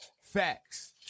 Facts